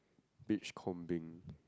beachcombing